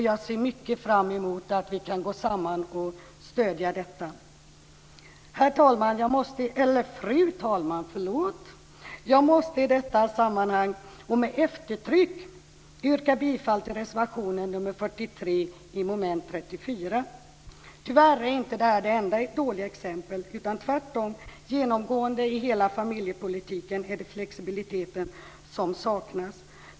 Jag ser mycket fram emot att vi kan gå samman och stödja detta. Fru talman! Jag vill i detta sammanhang, och med eftertryck, yrka bifall till reservation nr 43 under mom. 34. Tyvärr är inte detta det enda dåliga exemplet. Tvärtom är det genomgående i hela familjepolitiken flexibiliteten som saknas.